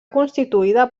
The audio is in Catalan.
constituïda